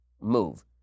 move